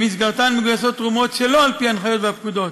שבמסגרתן מגויסות תרומות שלא על-פי ההנחיות והפקודות.